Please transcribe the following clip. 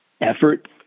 effort